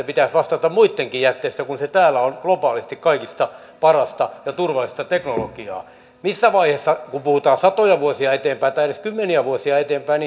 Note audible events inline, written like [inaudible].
[unintelligible] pitäisi vastata muittenkin jätteistä kun se täällä on globaalisti kaikista parasta ja turvallisinta teknologiaa missä vaiheessa kun puhutaan ajasta satoja vuosia eteenpäin tai edes kymmeniä vuosia eteenpäin [unintelligible]